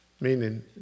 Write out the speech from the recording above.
meaning